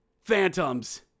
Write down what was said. Phantoms